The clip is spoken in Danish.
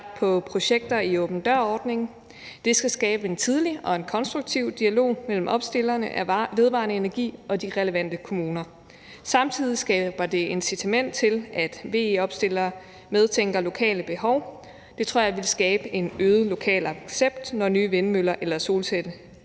på projekter i åben dør-ordningen. Det skal skabe en tidlig og en konstruktiv dialog mellem opstillerne af vedvarende energi og de relevante kommuner. Samtidig skaber det incitament til, at VE-opstillere medtænker lokale behov, og det tror jeg vil skabe en øget lokal accept, når nye vindmøller eller solceller